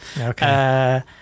Okay